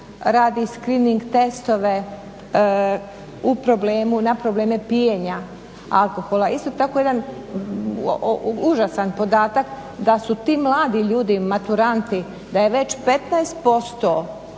radi Screeening testove na probleme pijenja alkohola. Isto tako jedan užasan podatak da su ti mladi ljudi, maturanti, da je već 15%